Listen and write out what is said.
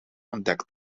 ontdekt